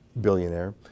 billionaire